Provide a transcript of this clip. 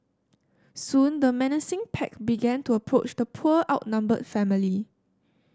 soon the menacing pack began to approach the poor outnumbered family